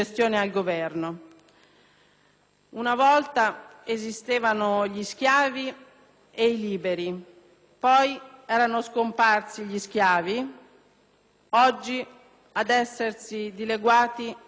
Una volta esistevano gli schiavi e i liberi; poi sono scomparsi gli schiavi; oggi ad essersi dileguati sono i liberi.